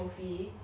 you spent it